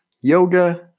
Yoga